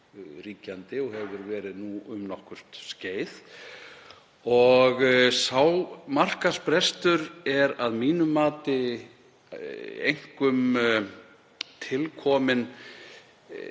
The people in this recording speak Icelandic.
og hefur verið um nokkurt skeið og sá markaðsbrestur er að mínu mati einkum til kominn